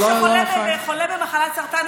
אבל ילד שחולה במחלת סרטן,